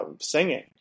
singing